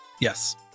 Yes